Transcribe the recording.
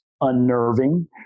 unnerving